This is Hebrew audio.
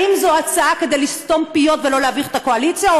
האם זו הצעה כדי לסתום פיות ולא להביך את הקואליציה,